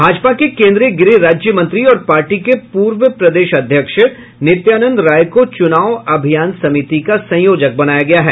भाजपा ने केंद्रीय गृह राज्यमंत्री और पार्टी के पूर्व प्रदेश अध्यक्ष नित्यानंद राय को चुनाव अभियान समिति का संयोजक बनाया है